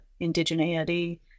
indigeneity